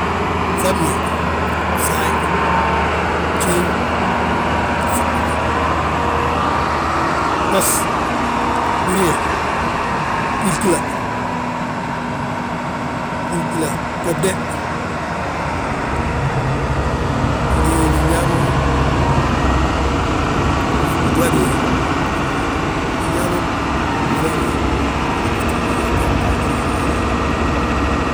Fŧabñe, bsaayi, bjéeŋ, ɓas, bliye, bgígila, bgígila, babde, ngi biyaa bo, feen wo nŧili ftuugi fi ma dong gembe gmaagi.